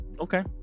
okay